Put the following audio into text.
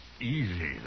easy